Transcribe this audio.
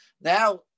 Now